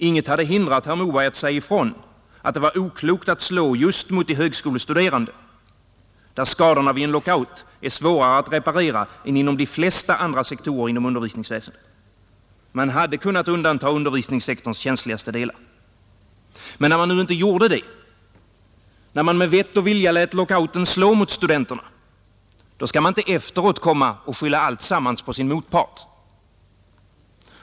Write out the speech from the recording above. Inget hade hindrat herr Moberg att säga ifrån, att det var oklokt att slå just mot de högskolestuderande, där skadorna vid en lockout är svårare att reparera än inom de flesta andra sektorer inom undervisningsväsendet. Man hade kunnat undanta undervisningssektorns känsligaste delar, Men när man nu inte gjorde det, när man med vett och vilja lät lockouten slå mot studenterna, då skall man inte efteråt komma och skylla alltsammans på sin motpart.